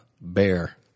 Bear